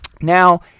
Now